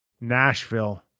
Nashville